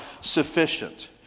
sufficient